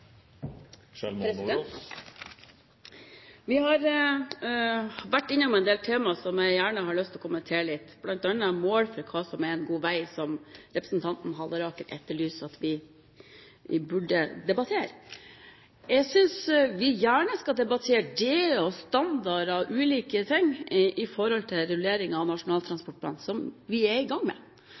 Vi har vært innom en del temaer, som jeg har lyst til å kommentere litt, bl.a. mål for hva som er god vei, som representanten Halleraker etterlyste at vi burde debattere. Jeg synes vi gjerne skal debattere det og standarder og ulike ting i samband med rullering av Nasjonal transportplan, som vi er i gang med.